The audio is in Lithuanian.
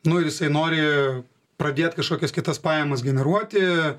nu ir jisai nori pradėti kažkokias kitas pajamas generuoti